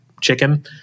chicken